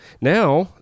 Now